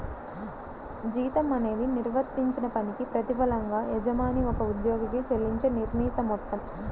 జీతం అనేది నిర్వర్తించిన పనికి ప్రతిఫలంగా యజమాని ఒక ఉద్యోగికి చెల్లించే నిర్ణీత మొత్తం